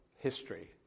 history